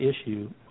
issue